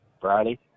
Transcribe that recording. Friday